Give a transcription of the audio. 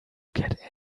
get